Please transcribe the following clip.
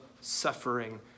suffering